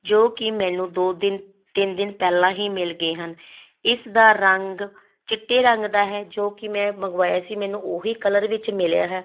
ਜੋ ਕਿ ਮੈਨੂੰ ਦੋ ਦਿਨ ਤਿੰਨ ਦਿਨ ਪਹਿਲਾਂ ਹੀ ਮਿਲ ਗਏ ਹਨ ਇਸ ਦਾ ਰੰਗ ਚਿੱਟੇ ਰੰਗ ਦਾ ਹੈ ਜੋ ਕਿ ਮੈਂ ਮੰਗਵਾਇਆ ਸੀ ਮੈਨੂੰ ਉਹ ਹੀ ਕਲਰ ਵਿੱਚ ਮਿਲਿਆ ਹੈ